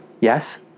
Yes